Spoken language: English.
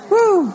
Woo